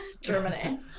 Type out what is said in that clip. Germany